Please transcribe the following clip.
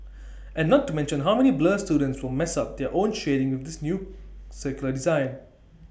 and not to mention how many blur students will mess up their own shading with this new circular design